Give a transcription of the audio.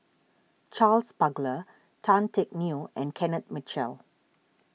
Charles Paglar Tan Teck Neo and Kenneth Mitchell